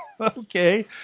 okay